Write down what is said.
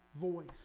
voice